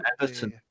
Everton